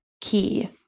key